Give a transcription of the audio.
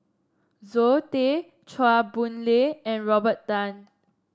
Zoe Tay Chua Boon Lay and Robert Tan